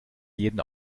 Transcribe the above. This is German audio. jeden